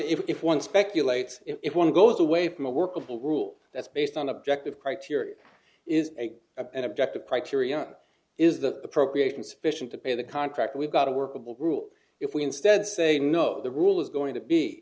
speculates if one goes away from a workable rule that's based on objective criteria is an objective criteria is the appropriation sufficient to pay the contract we've got a workable rule if we instead say no the rule is going to be